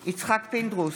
פינדרוס,